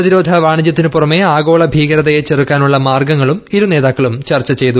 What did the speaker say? പ്രതിരോധ വാണിജ്യത്തിനു പുറമെ ആഗോള ഭീകരതയെ ചെറുക്കാനുള്ള മാർഗ്ഗങ്ങളും ഇരുനേതാക്കളും ചർച്ച ചെയ്തു